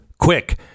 quick